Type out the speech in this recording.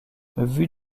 vue